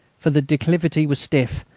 for the declivity was stiff,